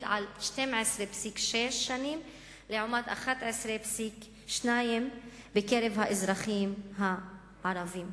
על 12.6 שנים לעומת 11.2 בקרב האזרחים הערבים.